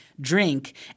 drink